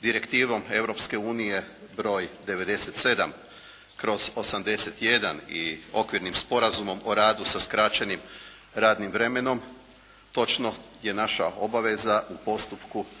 Direktivom Europske unije broj 97/81 i Okvirnim sporazumom o radu sa skraćenim radnim vremenom točno je naša obaveza u postupku